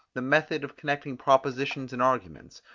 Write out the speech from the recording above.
the method of connecting propositions and arguments,